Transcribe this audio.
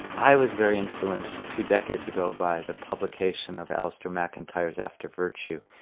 i was very influenced two decades ago by the publication of alastair macintyre's after virtue.